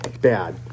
bad